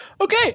Okay